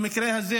במקרה הזה,